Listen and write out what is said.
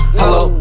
hello